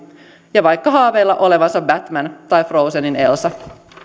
ja vaikka haaveilla olevansa batman tai frozenin elsa